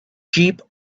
jeep